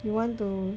you want to